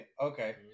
Okay